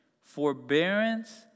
forbearance